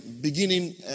beginning